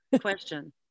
question